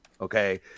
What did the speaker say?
okay